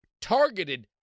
targeted